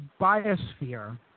biosphere